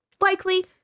likely